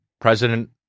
President